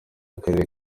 akarere